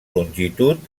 longitud